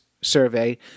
survey